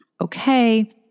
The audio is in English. okay